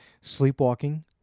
sleepwalking